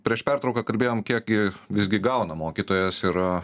prieš pertrauką kalbėjom kiek gi visgi gauna mokytojas ir